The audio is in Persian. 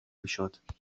میشد